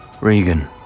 Regan